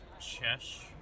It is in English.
Chesh